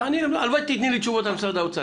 הלוואי שתתני לי תשובות על משרד האוצר,